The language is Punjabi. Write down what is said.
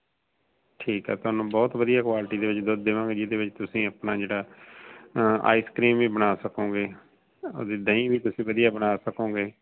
ਠੀਕ ਹੈ ਤੁਹਾਨੂੰ ਬਹੁਤ ਵਧੀਆ ਕੁਆਲਿਟੀ ਦੇ ਵਿੱਚ ਦੁੱਧ ਦੇਵਾਂਗੇ ਜਿਹਦੇ ਵਿੱਚ ਤੁਸੀਂ ਆਪਣਾ ਜਿਹੜਾ ਆਈਸ ਕ੍ਰੀਮ ਵੀ ਬਣਾ ਸਕੋਂਗੇ ਆਪਦੀ ਦਹੀਂ ਵੀ ਤੁਸੀਂ ਵਧੀਆ ਬਣਾ ਸਕੋਂਗੇ